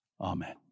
Amen